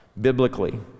biblically